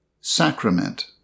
Sacrament